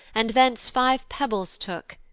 and thence five pebbles took.